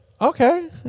Okay